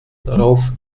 darauf